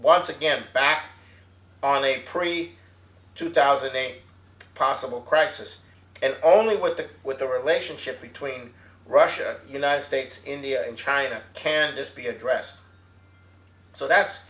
once again back on a pre two thousand and eight possible crisis and only with the with the relationship between russia united states india and china can this be addressed so that's